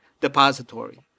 depository